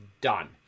done